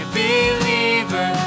believer